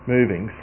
moving